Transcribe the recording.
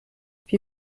wie